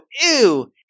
ew